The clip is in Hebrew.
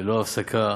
ללא הפסקה,